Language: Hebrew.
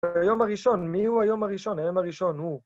היום הראשון, מי הוא היום הראשון? היום הראשון הוא.